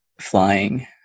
Flying